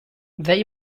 they